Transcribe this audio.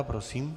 Prosím.